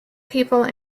people